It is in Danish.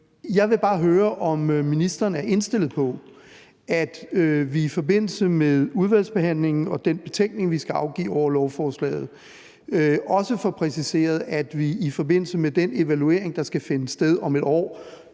Jeg vil bare høre, om ministeren er indstillet på, at vi i forbindelse med udvalgsbehandlingen og den betænkning, vi skal afgive over lovforslaget, også får præciseret, at vi i forbindelse med den evaluering, der skal finde sted om et år